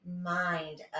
mind